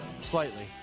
Slightly